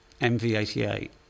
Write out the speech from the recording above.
MV88